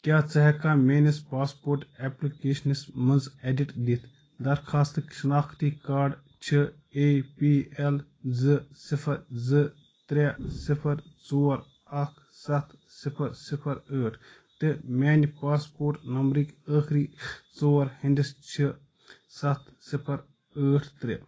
کیٛاہ ژٕ ہیٚکہٕ کھا میٛٲنِس پاسپورٹ ایٚپلِکیشنَس منٛز ایٚڈِٹ دِتھ درخوٛاستٕکۍ شِناختی کارڈ چھِ اے پی ایٚل زٕ صِفر زٕ ترٛےٚ صِفر ژور اکھ سَتھ صِفر صِفر ٲٹھ تہٕ میٛانہِ پاسپورٹ نمبرٕکۍ ٲخری ژور ہِنٛدِس چھِ سَتھ صِفر ٲٹھ ترٛےٚ